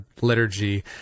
liturgy